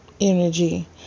energy